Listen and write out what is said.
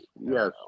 Yes